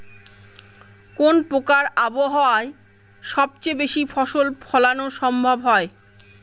কোন প্রকার আবহাওয়ায় সবচেয়ে বেশি ফসল ফলানো সম্ভব হয়?